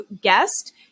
guest